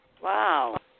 Wow